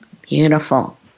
Beautiful